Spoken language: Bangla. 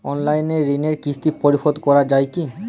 অনলাইন ঋণের কিস্তি পরিশোধ করা যায় কি?